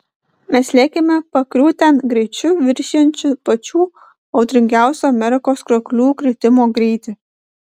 mes lėkėme pakriūtėn greičiu viršijančiu pačių audringiausių amerikos krioklių kritimo greitį